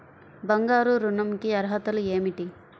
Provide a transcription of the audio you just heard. బంగారు ఋణం కి అర్హతలు ఏమిటీ?